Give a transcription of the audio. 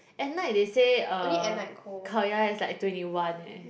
at night they say uh Khao-Yai is like twenty one eh